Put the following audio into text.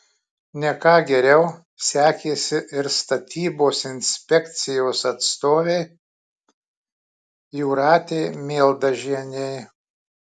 ne ką geriau sekėsi ir statybos inspekcijos atstovei jūratei mieldažienei